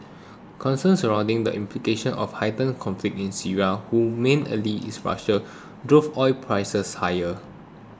concerns surrounding the implications of heightened conflict in Syria who main ally is Russia drove oil prices higher